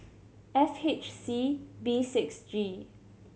F H C B six G